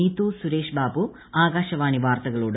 നീതു സുരേഷ് ബാബു ആക്ടാ്ശവാണി വാർത്തകളോട്